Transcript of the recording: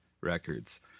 records